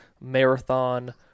marathon